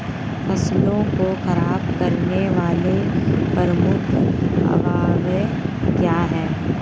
फसल को खराब करने वाले प्रमुख अवयव क्या है?